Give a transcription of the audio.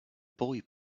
boy